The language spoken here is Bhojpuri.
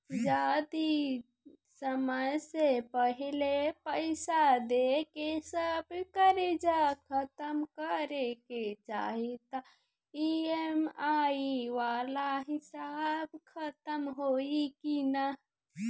जदी समय से पहिले पईसा देके सब कर्जा खतम करे के चाही त ई.एम.आई वाला हिसाब खतम होइकी ना?